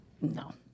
No